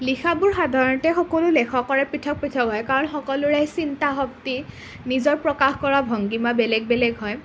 লিখাবোৰ সাধাৰণতে সকলো লেখকৰে পৃথক পৃথক হয় কাৰণ সকলোৰে চিন্তাশক্তি নিজৰ প্ৰকাশ কৰা ভংগিমা বেলেগ বেলেগ হয়